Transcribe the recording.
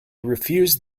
refused